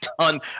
ton